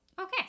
Okay